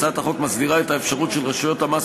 הצעת החוק מסדירה את האפשרות של רשויות המס